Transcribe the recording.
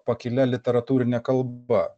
pakilia literatūrine kalba